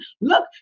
Look